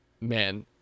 man